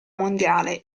mondiale